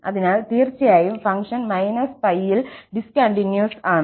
അതിനാൽ തീർച്ചയായും ഫംഗ്ഷൻ −π ൽ ഡിസ്കണ്ടിന്യൂസ് ആണ്